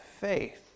faith